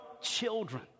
children